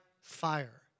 fire